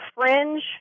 fringe